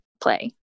play